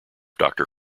doctor